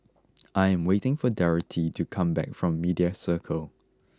I am waiting for Dorathy to come back from Media Circle